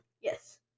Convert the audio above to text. Yes